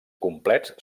complets